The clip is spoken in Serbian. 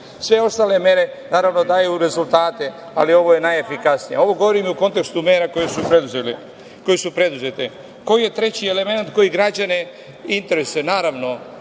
Sve ostale mere daju rezultate, ali ovo je najefikasnije. Ovo govorim i u kontekstu mere koje su preduzete. Koji je treći element koji građane interesuje?